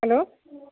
hello